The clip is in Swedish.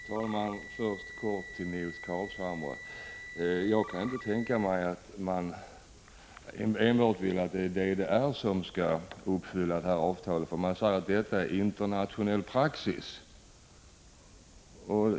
Fru talman! Jag vill först helt kort till Nils Carlshamre säga att jag inte tror att avsikten är att enbart DDR skall uppfylla detta avtal. Man säger ju att detta är internationell praxis.